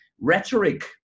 rhetoric